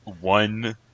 one